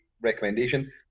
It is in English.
recommendation